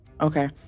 Okay